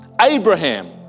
Abraham